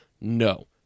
No